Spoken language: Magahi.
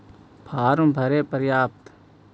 फार्म भरे परतय?